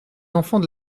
enfants